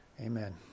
Amen